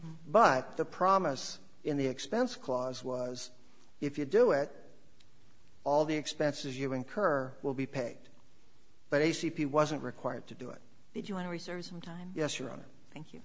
but the promise in the expense clause was if you do it all the expenses you incur will be paid but a c p wasn't required to do it if you want to research some time yes you're on it thank you